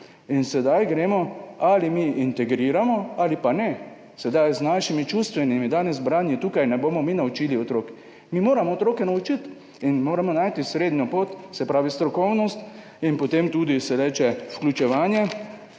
In sedaj gremo, ali mi integriramo ali pa ne. Danes z našimi čustvenimi branji tukaj ne bomo mi naučili otrok, mi moramo otroke naučiti in moramo najti srednjo pot, se pravi strokovnost, in potem tudi, se reče, vključevanje,